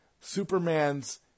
Superman's